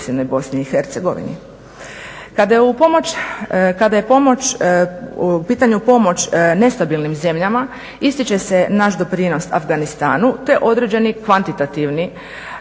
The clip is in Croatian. Kada je u pitanju pomoć nestabilnim zemljama ističe se naš doprinos Afganistanu te određeni kvantitativni